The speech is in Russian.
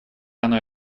оно